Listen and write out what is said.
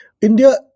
India